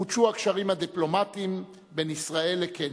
חודשו הקשרים הדיפלומטיים בין ישראל לקניה.